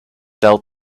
sell